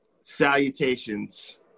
Salutations